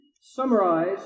summarize